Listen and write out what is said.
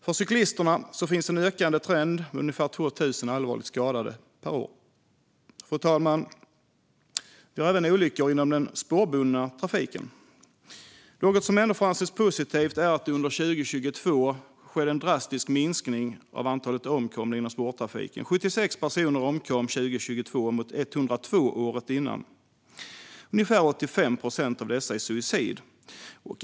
För cyklisterna finns det en ökande trend med ungefär 2 000 allvarligt skadade per år. Fru talman! Det sker även olyckor inom den spårbundna trafiken. Något som ändå får anses positivt är att det under 2022 skedde en drastisk minskning av antalet omkomna inom spårtrafiken. År 2022 omkom 76 personer mot 102 året innan. Ungefär 85 procent av dessa i suicid.